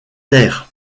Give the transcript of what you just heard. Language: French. taire